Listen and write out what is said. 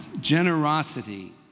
generosity